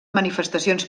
manifestacions